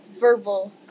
verbal